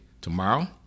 tomorrow